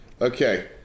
okay